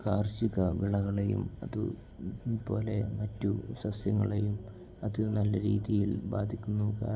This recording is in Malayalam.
കാർഷിക വിളകളെയും അതുപോലെ മറ്റു സസ്യങ്ങളെയും അതു നല്ല രീതിയിൽ ബാധിക്കുന്നു കാരണം